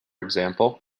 example